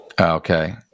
okay